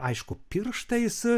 aišku pirštais